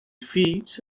fills